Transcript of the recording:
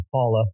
Paula